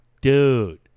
Dude